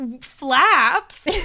flaps